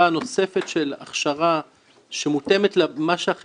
בשנים האחרונות הביקוש למתכנתים בארץ הולך ועולה